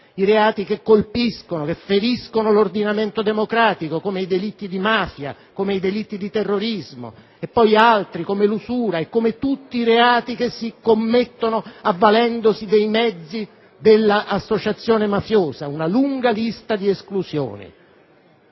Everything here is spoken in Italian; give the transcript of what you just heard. i reati che feriscono l'ordinamento democratico, come i delitti di mafia, i delitti di terrorismo e poi altri come l'usura e come tutti i reati che si commettono avvalendosi dei mezzi dell'associazione mafiosa. Vi è insomma una lista assai